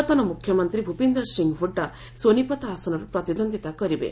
ପୂର୍ବତନ ମୁଖ୍ୟମନ୍ତ୍ରୀ ଭୁପିନ୍ଦର ସିଂହ ହୁଡ଼ା ସୋନିପଥ ଆସନରୁ ପ୍ରତିଦ୍ୱନ୍ଦିତା କରିବେ